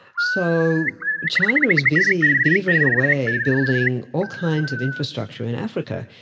so china is busy beavering away building all kinds of infrastructure in africa,